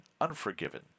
Unforgiven